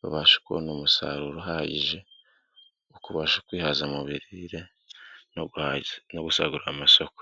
babashe kubona umusaruro uhagije wo kubasha kwihaza mu mirire no gusagurarira amasoko.